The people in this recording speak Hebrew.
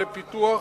לפיתוח.